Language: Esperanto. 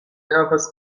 havas